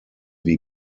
wie